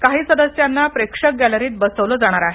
काही सदस्यांना प्रेक्षक गॅलरीत बसवलं जाणार आहे